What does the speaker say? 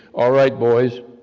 alright boys,